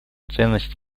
ценность